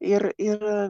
ir ir